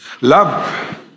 Love